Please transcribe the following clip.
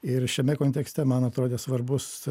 ir šiame kontekste man atrodė svarbus